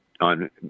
on